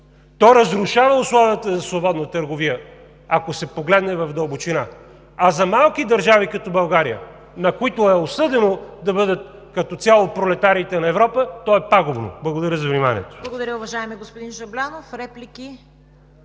то разрушава условията за свободна търговия, ако се погледне в дълбочина. А за малки държави като България, на които е съдено да бъдат като цяло пролетариите на Европа, то е пагубно. Благодаря за вниманието. ПРЕДСЕДАТЕЛ ЦВЕТА КАРАЯНЧЕВА: Благодаря, уважаеми господин Жаблянов. Реплики?